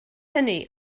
hynny